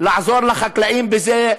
לעזור לחקלאים בזה,